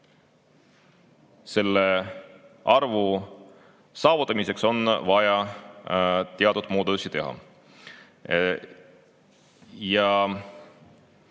selle arvu saavutamiseks on vaja teatud muudatusi teha. Meil